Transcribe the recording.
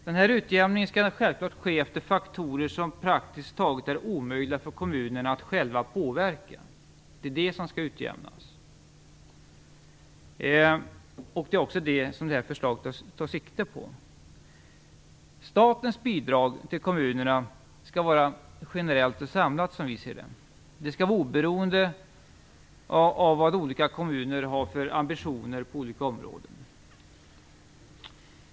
Denna utjämning skall självfallet ske efter faktorer som praktiskt taget är omöjliga för kommunerna att själva påverka. Det är sådant som skall utjämnas. Det är också detta som förslaget tar sikte på. Statens bidrag till kommunerna skall som vi ser det vara generellt och samlat. Det skall vara oberoende av vad olika kommuner har för ambitioner på olika områden.